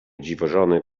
dziwożony